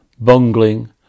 bungling